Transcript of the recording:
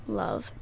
love